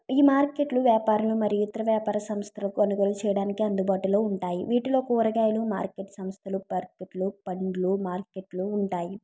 ఈ మార్కెట్లు వ్యాపారాలు మరియు ఇతర వ్యాపార సంస్థలు కొనుగోలు చేయడానికి అందుబాటులో ఉంటాయి వీటిలో కూరగాయలు మార్కెట్ సంస్థలు మార్కెట్లు పళ్ళు మార్కెట్లు ఉంటాయి